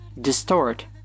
distort